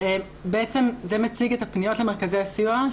בעצם זה מציג את הפניות למרכזי הסיוע,